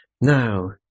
Now